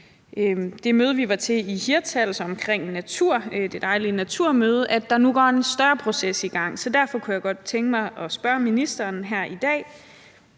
det dejlige Naturmøde i Hirtshals, som vi var til, at der nu går en større proces i gang, og derfor kunne jeg godt tænke mig at spørge ministeren her i dag: